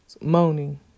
moaning